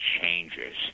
changes